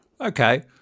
Okay